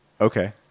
Okay